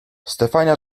stefania